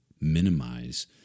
minimize